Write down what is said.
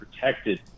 protected